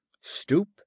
Stoop